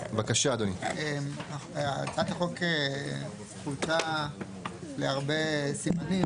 הצעת החוק פוצלה להרבה סימנים,